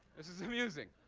this is amusing.